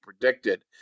predicted